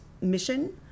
mission